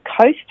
coast